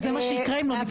כי זה מה שיקרה אם לא ניפרד.